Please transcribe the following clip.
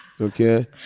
okay